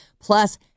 Plus